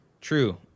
True